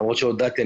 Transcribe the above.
למרות שהודעתי,